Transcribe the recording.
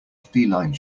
feline